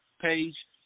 page